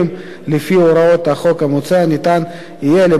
לפי הוראות החוק המוצע ניתן יהיה למנות כל